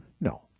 No